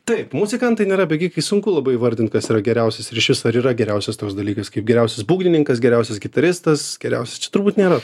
taip muzikantai nėra bėgikai sunku labai įvardint kas yra geriausias ir išvis ar yra geriausias toks dalykas kaip geriausias būgnininkas geriausias gitaristas geriausias čia turbūt nėra